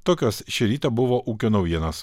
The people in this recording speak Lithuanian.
tokios šį rytą buvo ūkio naujienos